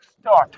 start